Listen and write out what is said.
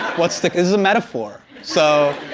what's this is a metaphor. so,